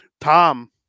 Tom